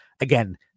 Again